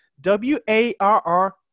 W-A-R-R